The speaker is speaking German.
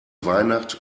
weihnacht